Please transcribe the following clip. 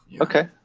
Okay